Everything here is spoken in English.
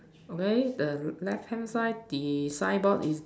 okay the left hand side the signboard is